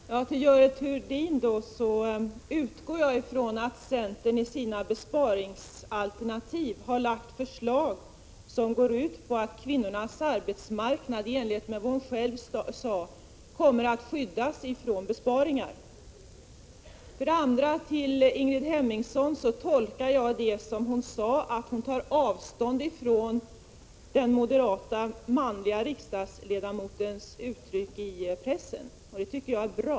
Herr talman! Till Görel Thurdin vill jag säga att jag utgår från att det i centerns besparingsalternativ ingår förslag som går ut på att kvinnornas arbetsmarknad, i enlighet med vad hon själv sade, kommer att skyddas från besparingar. Det Ingrid Hemmingsson sade tolkar jag så att hon tar avstånd från den moderate manlige riksdagsledamotens uttryck i pressen, och det är bra.